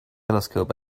telescope